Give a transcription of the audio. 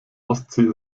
ostsee